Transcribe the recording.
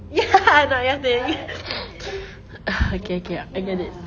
ya not your thing okay okay I get it